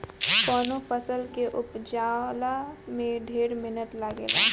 कवनो फसल के उपजला में ढेर मेहनत लागेला